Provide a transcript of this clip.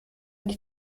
die